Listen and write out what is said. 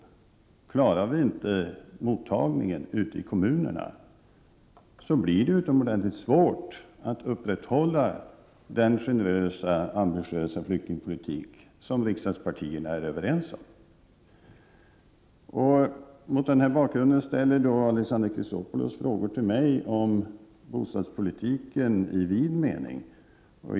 Om man inte klarar av mottagningen av flyktingar ute i kommunerna blir det utomordentligt svårt att upprätthålla den generösa och ambitiösa flyktingpolitik som riksdagspartierna är överens om. Mot denna bakgrund ställer Alexander Chrisopoulos frågor till mig om bostadspolitiken i vid mening.